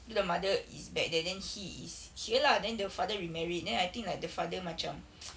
then the mother is back there then he is here lah then the father remarried then I think like the father macam